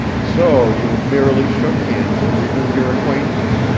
so you merely shook hands and renewed your acquaintance?